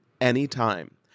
anytime